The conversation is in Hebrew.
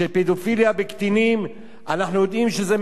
אנחנו יודעים שזה מלווה אותם לכל אורך החיים.